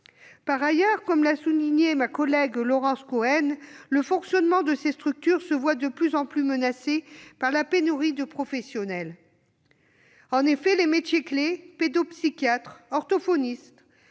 Par ailleurs, comme l'a souligné ma collègue Laurence Cohen, le fonctionnement de ces structures se voit de plus en plus menacé par la pénurie de professionnels. En effet, les métiers clés- pédopsychiatres, orthophonistes,